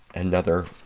another